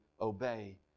obey